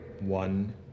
one